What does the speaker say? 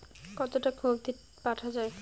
কতো টাকা অবধি পাঠা য়ায়?